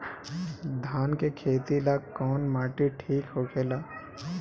धान के खेती ला कौन माटी ठीक होखेला?